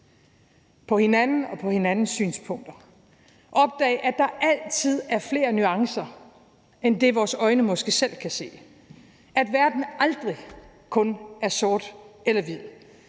på hinanden og på hinandens synspunkter og opdage, at der altid er flere nuancer end det, vores øjne måske selv kan se, at verden aldrig kun er sort eller hvid,